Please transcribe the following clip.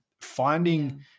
finding